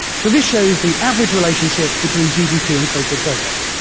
so this shows the average relationship between gdp and social progress.